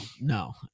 no